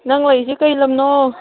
ꯅꯪ ꯂꯩꯖꯦ ꯀꯩ ꯂꯝꯅꯣ